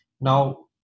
Now